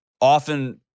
Often